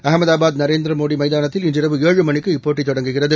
அகமதாபாத் நரேந்திரமோடிமைதானத்தில் இன்றிரவு ஏழுமணிக்கு இப்போட்டிதொடங்குகிறது